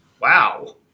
Wow